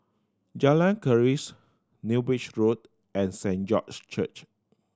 Jalan Keris New Bridge Road and Saint George Church